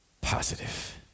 positive